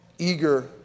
Eager